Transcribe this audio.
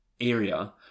area